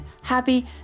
happy